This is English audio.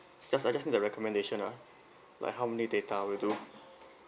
just I just the recommendation lah like how many data will do